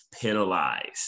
penalized